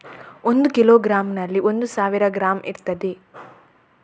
ಒಂದು ಕಿಲೋಗ್ರಾಂನಲ್ಲಿ ಒಂದು ಸಾವಿರ ಗ್ರಾಂ ಇರ್ತದೆ